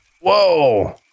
Whoa